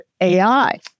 AI